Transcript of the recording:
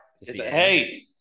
Hey